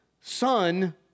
Son